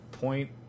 Point